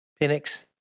Penix